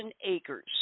acres